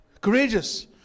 Courageous